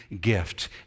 gift